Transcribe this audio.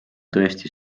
tõesti